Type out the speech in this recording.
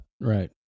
right